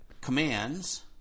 commands